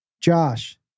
Josh